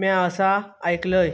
म्या असा आयकलंय